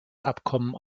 abkommen